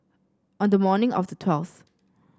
on the morning of the twelfth